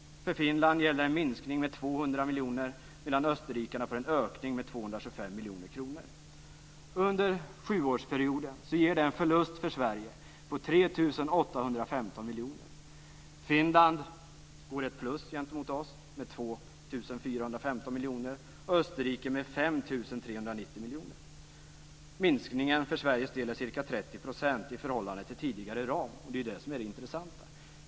För Finland är det en minskning med 200 miljoner, medan österrikarna får en ökning med 225 miljoner kronor. Under sjuårsperioden ger det en förlust för Sverige på 3 815 miljoner. Finland får ett plus gentemot oss med 2 415 miljoner och Österrike med 5 390 miljoner. Minskningen för Sveriges del är ca 30 % i förhållande till tidigare ram. Det är det som är det intressanta.